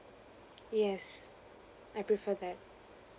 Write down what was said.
yes I prefer that